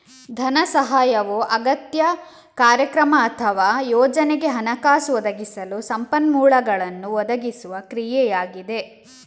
ಧನ ಸಹಾಯವು ಅಗತ್ಯ, ಕಾರ್ಯಕ್ರಮ ಅಥವಾ ಯೋಜನೆಗೆ ಹಣಕಾಸು ಒದಗಿಸಲು ಸಂಪನ್ಮೂಲಗಳನ್ನು ಒದಗಿಸುವ ಕ್ರಿಯೆಯಾಗಿದೆ